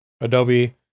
Adobe